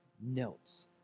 notes